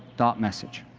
dot message,